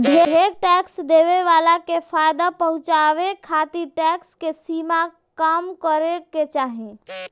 ढेरे टैक्स देवे वाला के फायदा पहुचावे खातिर टैक्स के सीमा कम रखे के चाहीं